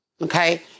Okay